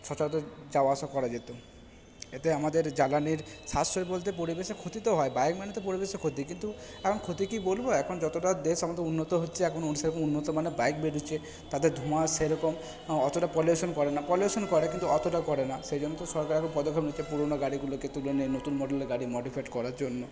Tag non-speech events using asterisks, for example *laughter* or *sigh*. সচরাচর যাওয়া আসা করা যেত এতে আমাদের জায়গানির স্বাস্থ্য বলতে পরিবেশে ক্ষতি তো হয় বাইক মানে তো পরিবেশে ক্ষতি কিন্তু এখন ক্ষতি কী বলবো এখন যতটা দেশ আমাদের উন্নত হচ্ছে এখন *unintelligible* উন্নত মানের বাইক বেড়োচ্ছে তাদের ধোঁয়া আসছে সেরকম অতটা পলিউসান করে না পলিউসান করে কিন্তু অতটা করে না সেই জন্যেই তো সরকার এখন পদক্ষেপ নিচ্ছে পুড়নো গাড়িগুলোকে তুলে নিয়ে নতুন মডেলের গাড়ি মডিফাইড করার জন্য